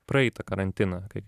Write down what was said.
praeitą karantiną kai